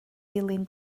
dilyn